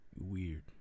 Weird